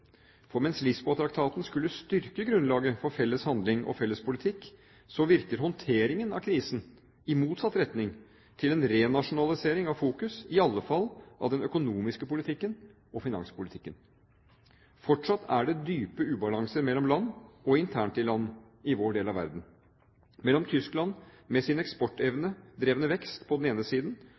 For mens Lisboa-traktaten skulle styrke grunnlaget for felles handling og felles politikk, så virker håndteringen av krisen i motsatt retning, til en renasjonalisering av fokus – i alle fall av den økonomiske politikken og finanspolitikken. Fortsatt er det dype ubalanser mellom land – og internt i land – i vår del av verden, mellom Tyskland, med sin eksportdrevne vekst, på den ene siden